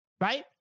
right